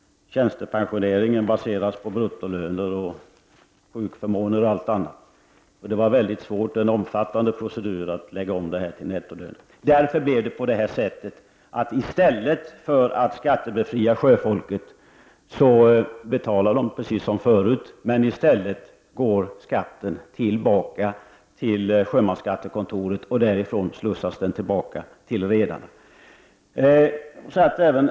Tjänstepensioneringen, sjukförmåner och annat baseras på bruttolönen. Därför var det en väldigt svår och omfattande procedur att införa systemet med nettolön. I stället för att skattebefria sjöfolket betalades skatt som tidigare, men skattepengarna går till sjömansskattekontoret och därifrån slussas pengarna tillbaka till redarna.